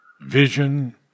vision